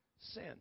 sin